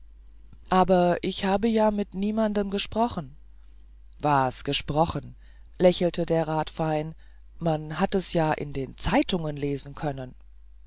aber ich habe ja mit niemandem gesprochen was gesprochen lächelte der rat fein man hat es ja in den zeitungen lesen können